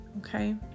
Okay